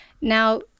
Now